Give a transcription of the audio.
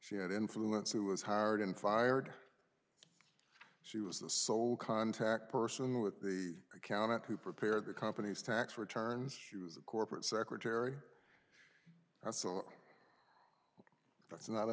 she had influence who was hired and fired she was the sole contact person with the accountant who prepared the company's tax returns she was a corporate secretary that's not